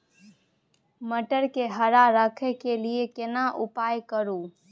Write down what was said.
मटर के हरा रखय के लिए केना उपाय करू?